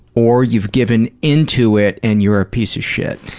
or you've given in to it and you're a piece of shit.